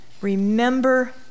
remember